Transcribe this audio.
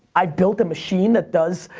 i've built a machine that does,